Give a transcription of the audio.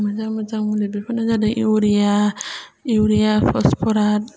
मोजां मोजां मुलि बेफोरनो जादों इउरिया इउरिया फसफरास